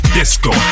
Disco